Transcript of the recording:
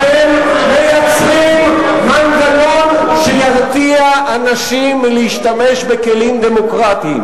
אתם מייצרים מנגנון שירתיע אנשים מלהשתמש בכלים דמוקרטיים.